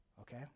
okay